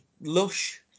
lush